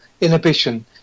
inhibition